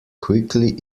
quickly